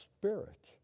spirit